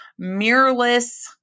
mirrorless